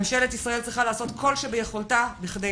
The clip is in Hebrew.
ממשלת ישראל צריכה לעשות כל שביכולתה בכדי